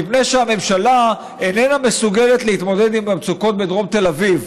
מפני שהממשלה איננה מסוגלת להתמודד עם המצוקות בדרום תל אביב.